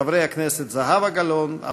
חברי הכנסת זהבה גלאון,